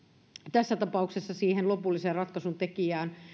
tässä tapauksessa siihen lopulliseen ratkaisun tekijään